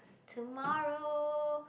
tomorrow